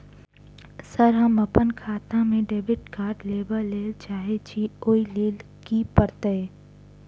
Sir हम अप्पन खाता मे डेबिट कार्ड लेबलेल चाहे छी ओई लेल की परतै?